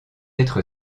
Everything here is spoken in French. être